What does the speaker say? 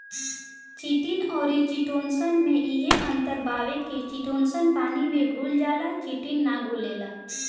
chitin अउरी chitosan में इहे अंतर बावे की चिटोसन पानी में घुल जाला चिटिन ना घुलेला